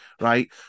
right